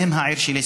מהן העיר שלי,